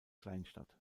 kleinstadt